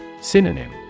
Synonym